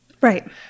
Right